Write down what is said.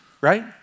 right